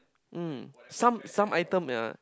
um some some item yea